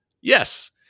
yes